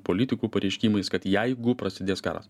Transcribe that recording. politikų pareiškimais kad jeigu prasidės karas